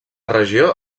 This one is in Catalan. regió